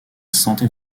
santé